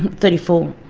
thirty four,